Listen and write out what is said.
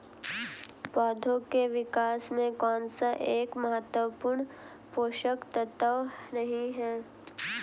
पौधों के विकास में कौन सा एक महत्वपूर्ण पोषक तत्व नहीं है?